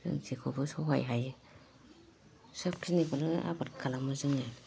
जों जेखौबो सहाय हायो सब खिनिखौनो आबाद खालामो जोङो